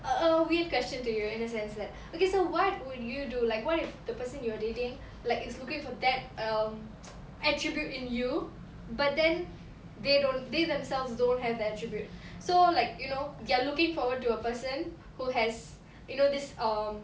a weird question to you in a sense that okay so what would you do like what if the person you are dating like it's looking for that um attribute in you but then they they themselves don't have the attribute so like you know they are looking forward to a person who has you know this um